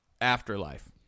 Afterlife